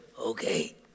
okay